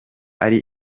ari